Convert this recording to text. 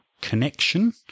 connection